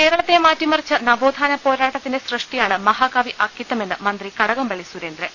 കേരളത്തെ മാറ്റിമറിച്ച നവോത്ഥാനപ്പോരാട്ടത്തിന്റെ സൃഷ്ടിയാണ് മഹാകവി അക്കിത്തമെന്ന് മന്ത്രി കടകംപള്ളി സുരേന്ദ്രൻ